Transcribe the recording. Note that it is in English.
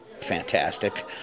fantastic